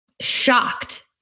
shocked